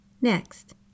Next